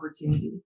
opportunity